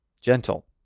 Gentle